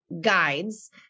guides